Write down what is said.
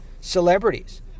celebrities